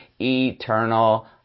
eternal